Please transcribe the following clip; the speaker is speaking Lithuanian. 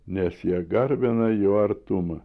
nes jie garbina jo artumą